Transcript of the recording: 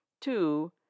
Two